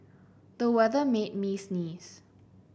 the weather made me sneeze